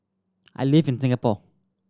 I live in Singapore